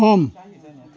सम